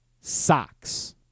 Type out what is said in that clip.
socks